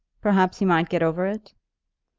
perhaps he might get over it?